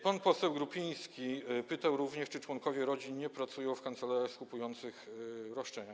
Pan poseł Grupiński pytał również, czy członkowie rodzin nie pracują w kancelariach skupujących roszczenia.